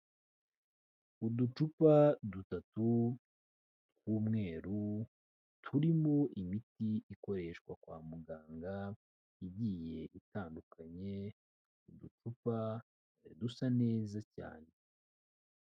Uducupa dutatu tw'umweru turimo imiti ikoreshwa kwa muganga, igiye itandukanye, uducupa dusa neza cyane.